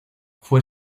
fue